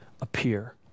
appear